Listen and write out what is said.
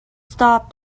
stopped